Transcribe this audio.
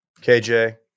KJ